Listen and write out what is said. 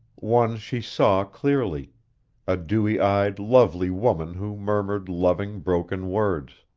one she saw clearly a dewy-eyed, lovely woman who murmured loving, broken words.